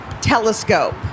Telescope